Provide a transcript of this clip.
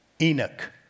Enoch